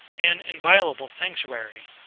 an inviolable sanctuary.